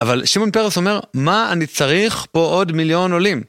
אבל שמעון פרס אומר, מה אני צריך פה עוד מיליון עולים?